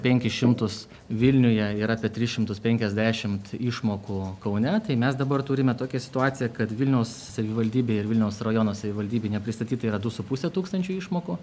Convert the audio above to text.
penkis šimtus vilniuje ir apie tris šimtus penkiasdešimt išmokų kaune tai mes dabar turime tokią situaciją kad vilniaus savivaldybėj ir vilniaus rajono savivaldybėj nepristatyta yra du su puse tūkstančio išmokų